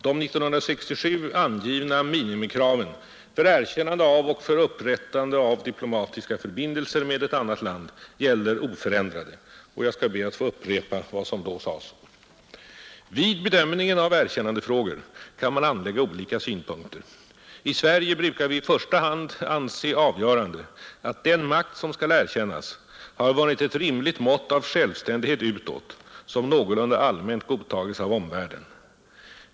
De 1967 angivna minimikraven för erkännande av och för upprättande av diplomatiska förbindelser med ett annat land gäller oförändrade, Jag skall be att få upprepa vad som då sades: ”Vid bedömningen av erkännandefrågor kan man anlägga olika synpunkter. I Sverige brukar vi i första hand anse avgörande att den makt, som skall erkännas, har vunnit ett rimligt mått av självständighet utåt, som någorlunda allmänt godtagits av omvärlden.